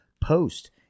Post